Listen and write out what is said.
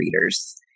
readers